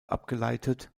abgeleitet